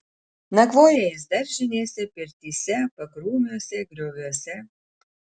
nakvoja jis daržinėse pirtyse pakrūmiuose grioviuose